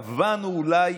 טבענו אולי